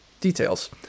details